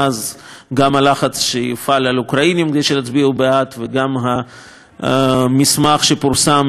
גם הלחץ שהופעל על האוקראינים כדי שיצביעו בעד וגם המסמך שפורסם מפגישות